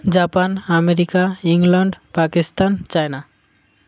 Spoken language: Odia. Japan America England Pakistan China